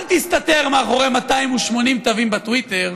אל תסתתר מאחורי 280 תווים בטוויטר.